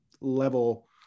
level